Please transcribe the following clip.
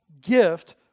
gift